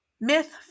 Myth